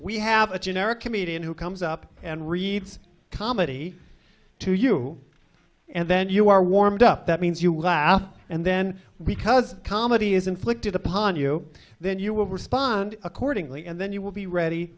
we have a generic comedian who comes up and reads comedy to you and then you are warmed up that means you laugh and then we cuz comedy is inflicted upon you then you will respond accordingly and then you will be ready